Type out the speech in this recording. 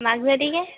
माझ्यासाठी घे